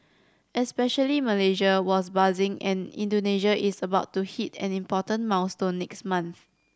especially Malaysia was buzzing and Indonesia is about to hit an important milestone next month